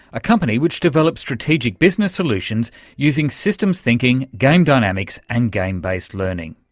a company which develops strategic business solutions using systems thinking, game dynamics and game-based learning.